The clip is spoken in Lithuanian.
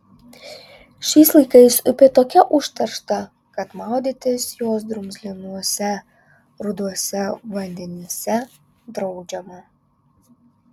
šiais laikais upė tokia užteršta kad maudytis jos drumzlinuose ruduose vandenyse draudžiama